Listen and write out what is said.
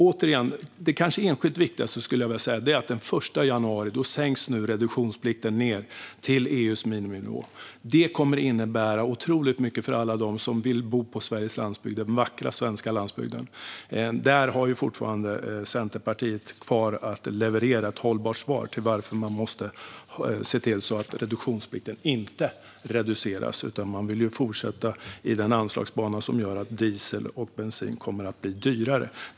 Återigen - det kanske enskilt viktigaste är att reduktionsplikten kommer att sänkas till EU:s miniminivå den 1 januari. Det kommer att innebära otroligt mycket för alla som vill bo på Sveriges vackra landsbygd. Centerpartiet behöver fortfarande leverera ett hållbart svar på varför man måste se till att reduktionsplikten inte reduceras. Man vill ju fortsätta på den anslagsbana som gör att diesel och bensin blir dyrare.